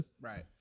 Right